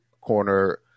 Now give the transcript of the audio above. corner